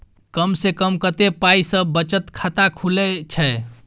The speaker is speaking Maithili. कम से कम कत्ते पाई सं बचत खाता खुले छै?